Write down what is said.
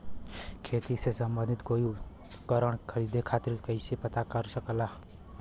खेती से सम्बन्धित कोई उपकरण खरीदे खातीर कइसे पता करल जा सकेला?